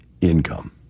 income